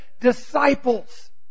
disciples